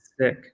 sick